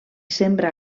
sembra